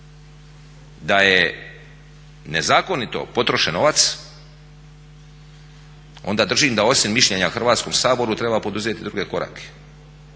da je nezakonito potrošen novac onda držim da osim mišljenja Hrvatskom saboru treba poduzeti druge korake.